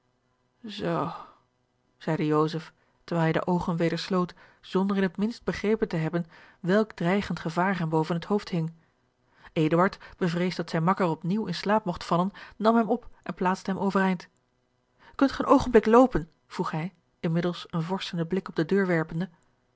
zoo zeide joseph terwijl hij de oogen weder sloot zonder in het minst begrepen te hebben welk dreigend gevaar hem boven het hoofd hing eduard bevreesd dat zijn makker op nieuw in slaap mogt vallen nam hem op en plaatste hem overeind kunt gij een oogenblik loopen vroeg hij inmiddels een vorschenden blik op de deur werpende